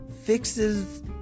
fixes